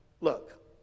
Look